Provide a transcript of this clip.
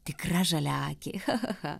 tikra žaliaakė cha cha cha